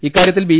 ഇക്കാര്യ ത്തിൽ ബി